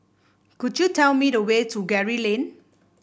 could you tell me the way to Gray Lane